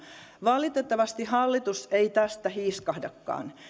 valitettavasti hallitus ei tästä hiiskahdakaan